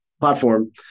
platform